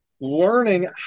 learning